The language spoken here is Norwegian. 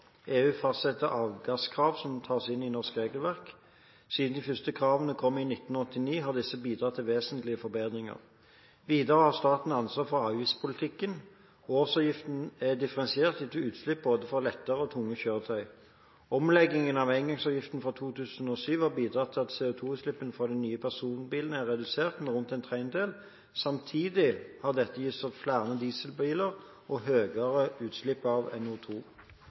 EU fastsetter avgasskrav som tas inn i norsk regelverk. Siden de første kravene kom i 1989 har disse bidratt til vesentlige forbedringer. Videre har staten ansvar for avgiftspolitikken. Årsavgiften er differensiert etter utslipp for både lettere og tunge kjøretøy. Omleggingen av engangsavgiften fra 2007 har bidratt til at CO2-utslippene fra de nye personbilene er redusert med rundt en tredel. Samtidig har dette gitt oss flere dieselbiler og høyere utslipp av